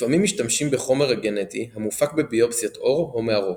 לפעמים משתמשים בחומר הגנטי המופק בביופסיית עור או מהרוק.